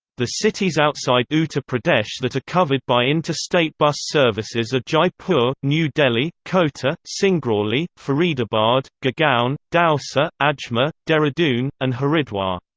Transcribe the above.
the cities outside uttar pradesh that are covered by inter-state bus services are jaipur, new delhi, kota, singrauli, faridabad, gurgaon, dausa, ajmer, dehradun, and haridwar.